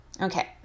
okay